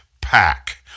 pack